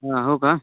हां हो का